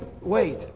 Wait